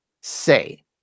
say